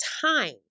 time